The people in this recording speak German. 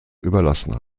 überlassen